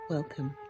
Welcome